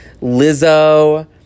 Lizzo